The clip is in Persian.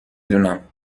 دونم